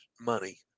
money